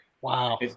Wow